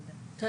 כן,